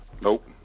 nope